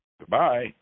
Goodbye